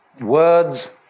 Words